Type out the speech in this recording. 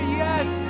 yes